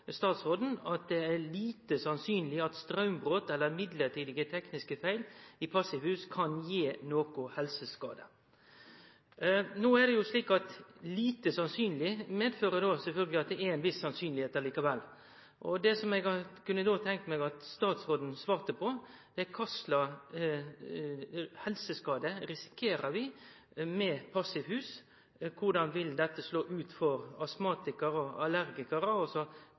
statsråden at det er «lite sannsynleg» at straumbrot eller midlertidige tekniske feil i passivhus kan gi nokon helseskade. No er det slik at «lite sannsynleg» sjølvsagt medfører ein viss sannsynlegheit. Eg kunne tenkje meg at statsråden svarte på: Kva for helseskade risikerer vi med passivhus? Korleis vil dette slå ut for